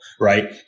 right